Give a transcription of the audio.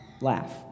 laugh